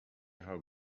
how